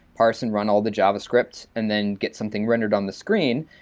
parse and run all the javascript and then get something rendered on the screen.